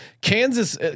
Kansas